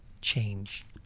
change